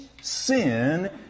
sin